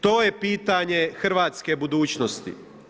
To je pitanje hrvatske budućnosti.